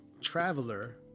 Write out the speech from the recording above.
traveler